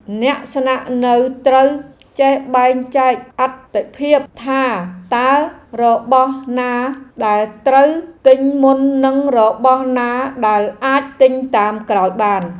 អ្នកស្នាក់នៅត្រូវចេះបែងចែកអាទិភាពថាតើរបស់ណាដែលត្រូវទិញមុននិងរបស់ណាដែលអាចទិញតាមក្រោយបាន។